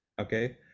okay